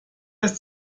ist